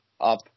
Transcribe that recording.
up